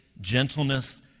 gentleness